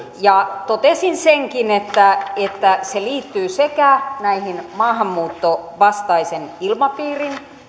totesin senkin että että se liittyy sekä maahanmuuttovastaisen ilmapiirin